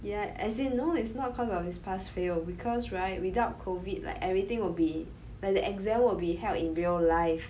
ya as in no it's not because of this pass fail because right without COVID like everything will be like the exam will be held in real life